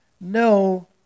No